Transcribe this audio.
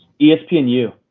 ESPNU